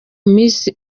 miss